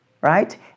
right